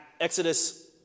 Exodus